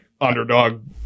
underdog